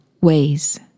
ways